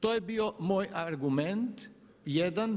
To je bio moj argument jedan.